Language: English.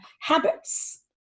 habits